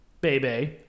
baby